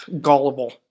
Gullible